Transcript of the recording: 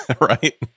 Right